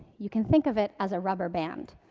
you can think of it as a rubber band.